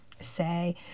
Say